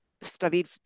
studied